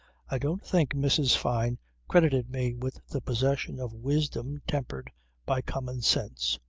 i don't think mrs. fyne credited me with the possession of wisdom tempered by common sense.